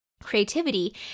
creativity